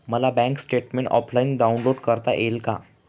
मला bank statement offline download करता येईल का?